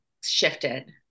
shifted